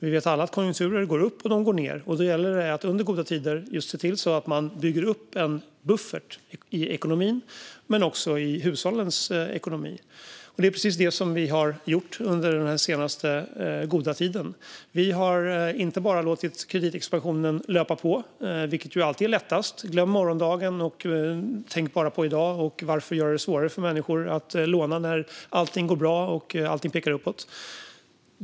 Vi vet alla att konjunkturer går upp och ned, och därför gäller det att i goda tider se till att bygga upp en buffert i ekonomin - och i hushållens ekonomi. Det är precis det vi har gjort under den senaste goda tiden. Vi har inte bara låtit kreditexpansionen löpa på, vilket ju alltid är lättast. "Glöm morgondagen, tänk bara på i dag! Varför göra det svårare för människor att låna när allting går bra och allting pekar uppåt?"